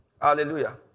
Hallelujah